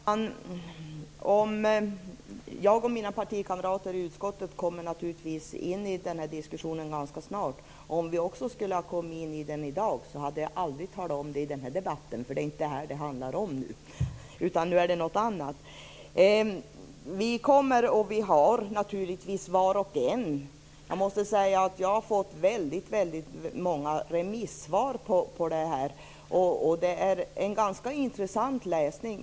Fru talman! Jag och mina partikamrater i utskottet kommer naturligtvis ganska snart att ta upp den diskussionen. Jag går dock inte in i den nu, eftersom dagens debatt inte handlar om dessa frågor utan om något annat. Det har kommit in väldigt många remissvar, och det är en ganska intressant läsning.